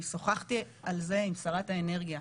אני שוחחתי על זה עם שרת האנרגיה.